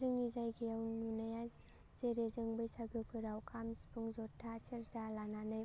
जोंनि जायगायाव नुनाया जेरै जों बैसागुफोराव खाम सिफुं जथा सेरजा लानानै